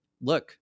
look